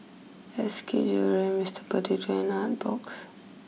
S K Jewellery Mister Potato and Artbox